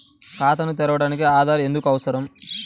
ఖాతాను తెరవడానికి ఆధార్ ఎందుకు అవసరం?